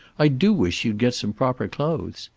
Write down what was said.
i do wish you'd get some proper clothes.